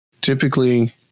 Typically